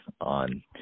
on